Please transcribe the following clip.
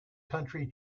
country